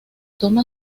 toma